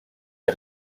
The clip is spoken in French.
des